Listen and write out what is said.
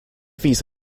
these